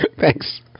Thanks